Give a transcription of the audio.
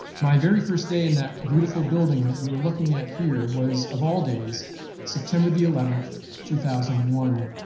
my very first day in that beautiful building that you are looking at here was of all days september the eleventh two thousand and one,